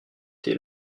thé